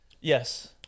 Yes